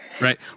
Right